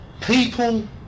people